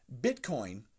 Bitcoin